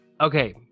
okay